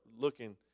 looking